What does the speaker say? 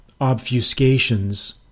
obfuscations